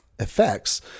effects